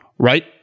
Right